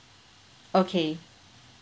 okay